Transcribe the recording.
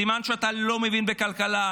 סימן שאתה לא מבין בכלכלה,